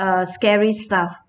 uh scary stuff